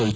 L